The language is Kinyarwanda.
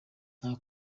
nta